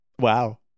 Wow